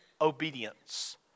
obedience